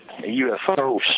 ufos